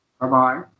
Bye-bye